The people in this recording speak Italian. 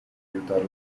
aiutarla